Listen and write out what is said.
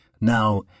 Now